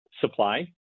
supply